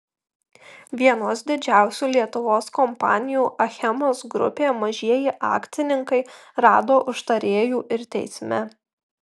vienos didžiausių lietuvos kompanijų achemos grupė mažieji akcininkai rado užtarėjų ir teisme